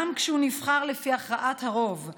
גם כשהוא נבחר לפי הכרעת הרוב,